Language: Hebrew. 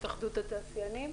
בהתאחדות התעשיינים.